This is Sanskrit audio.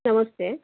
नमस्ते